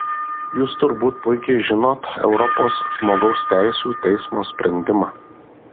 jūs turbūt puikiai žinot europos žmogaus teisių teismo sprendimą